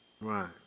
Right